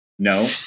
No